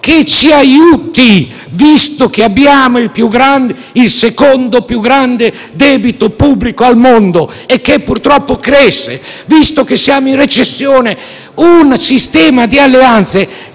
che ci aiuti, visto che abbiamo il secondo più grande debito pubblico al mondo, che purtroppo cresce, e visto che siamo in recessione. Serve un sistema di alleanze